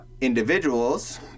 individuals